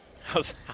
How's